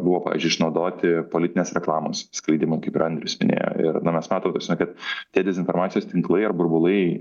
buvo pavyzdžiui išnaudoti politinės reklamos skleidimai kaip ir andrius minėjo ir nu mes matom ta prasme kad tie dezinformacijos tinklai ar burbulai